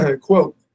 Quote